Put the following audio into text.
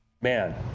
man